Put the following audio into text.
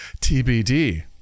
TBD